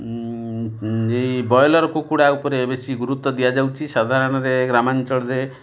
broiler କୁକୁଡ଼ା ଉପରେ ବେଶୀ ଗୁରୁତ୍ୱ ଦିଆଯାଉଛି ସାଧାରଣରେ ଗ୍ରାମାଞ୍ଚଳରେ